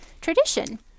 tradition